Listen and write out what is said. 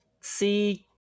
see